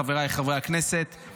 חבריי חברי הכנסת,